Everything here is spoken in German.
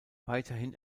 weiterhin